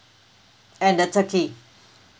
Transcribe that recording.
and the turkey